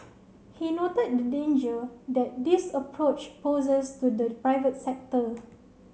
he noted the danger that this approach poses to the private sector